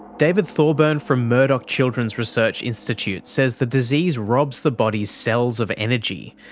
david thorburn from murdoch children's research institute says the disease robs the body's cells of energy,